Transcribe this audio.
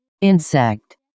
insect